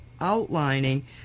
outlining